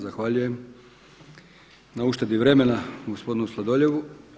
Zahvaljujem na uštedi vremena gospodinu Sladoljevu.